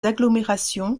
agglomérations